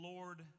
Lord